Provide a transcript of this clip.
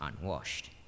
unwashed